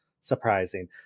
surprising